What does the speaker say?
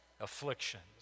afflictions